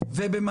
ולא היא.